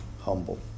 humble